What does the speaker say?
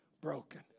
broken